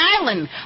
island